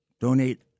Donate